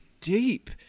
deep